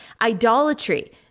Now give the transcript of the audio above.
idolatry